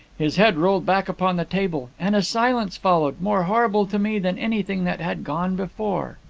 his head rolled back upon the table, and a silence followed, more horrible to me than anything that had gone before.